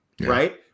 right